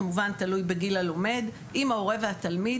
כמובן תלוי בגיל הלומד עם ההורה והתלמיד,